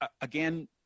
Again